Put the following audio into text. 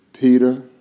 Peter